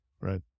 right